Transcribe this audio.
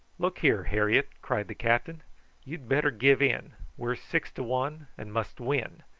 look here, harriet, cried the captain you'd better give in we're six to one, and must win.